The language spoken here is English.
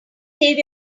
save